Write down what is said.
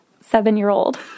seven-year-old